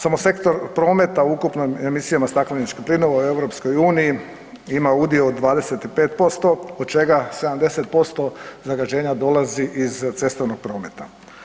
Samo sektor prometa u ukupnim emisijama stakleničkih plinova u EU ima udio od 25% od čega 70% zagađenja dolazi iz cestovnog prometa.